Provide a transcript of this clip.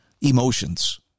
emotions